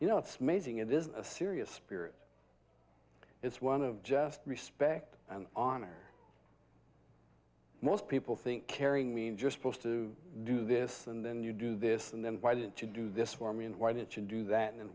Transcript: you know it's amazing it is a serious spirit it's one of just respect and honor most people think caring mean just posed to do this and then you do this and then why didn't you do this for me and why didn't you do that and